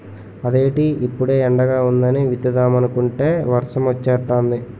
అదేటి ఇప్పుడే ఎండగా వుందని విత్తుదామనుకుంటే వర్సమొచ్చేతాంది